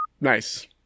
Nice